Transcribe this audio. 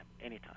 anytime